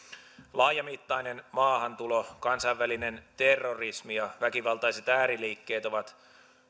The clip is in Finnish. laajamittainen maahantulo kansainvälinen terrorismi ja väkivaltaiset ääriliikkeet ovat